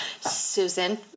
Susan